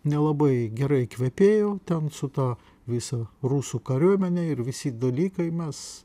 nelabai gerai kvepėjo ten su ta visa rusų kariuomene ir visi dalykai mes